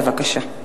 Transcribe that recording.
בבקשה.